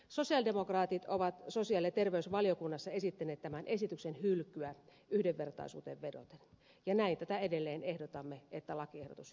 sosialidemokraatit ovat sosiaali ja terveysvaliokunnassa esittäneet tämän esityksen hylkyä yhdenvertaisuuteen vedoten ja näin tätä edelleen ehdotamme että lakiehdotus hylätään